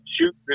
shoot